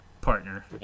partner